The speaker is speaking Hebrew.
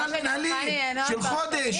בגלל מינהלי של חודש,